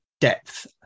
depth